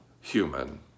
human